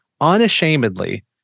unashamedly